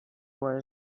while